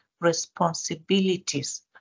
responsibilities